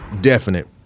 Definite